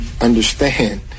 understand